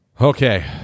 okay